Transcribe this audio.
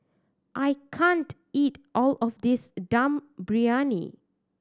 I can't eat all of this Dum Briyani